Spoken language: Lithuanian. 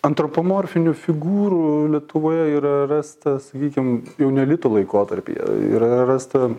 antropomorfinių figūrų lietuvoje yra rasta sakykim jau neolito laikotarpyje yra rasta